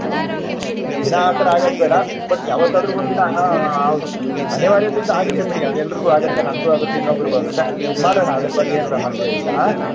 ಹಾಂ ಹಾಂ ದಿನ ಆ ಥರ ಆಗದು ಬೇಡ ಬಟ್ ಯಾವತ್ತಾದರು ಒಂದಿನ ಹೌದ್ ಅನಿವಾರ್ಯತೆಯಿಂದ ಆಗುತ್ತೆ ಬಿಡಿ ಅದು ಎಲ್ಲರಿಗೂ ಆಗುತ್ತೆ ನನಗೂ ಆಗುತ್ತೆ ಇನ್ನೊಬ್ರಿಗು ಆಗುತ್ತೆ ಮಾಡೋಣ ಅದ್ರ ಬಗ್ಗೆ ಏನು ಸಮಸ್ಯೆ ಇಲ್ಲ ಹಾಂ